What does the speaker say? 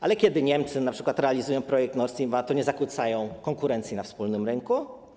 Ale kiedy Niemcy np. realizują projekt Nord Stream 2, to nie zakłócają konkurencji na wspólnym rynku?